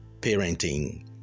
Parenting